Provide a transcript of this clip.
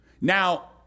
now